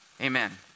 amen